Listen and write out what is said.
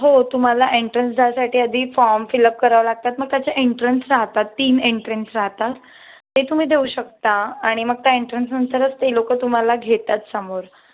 हो तुम्हाला एंट्रन्स द्यायसाठी आधी फॉर्म फिलअप करावे लागतात मग त्याच्या एंट्रन्स राहतात तीन एंट्रन्स राहतात ते तुम्ही देऊ शकता आणि मग त्या एंट्रन्स नंतरच ते लोकं तुम्हाला घेतात समोर